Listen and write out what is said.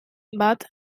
bat